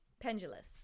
Pendulous